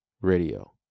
Radio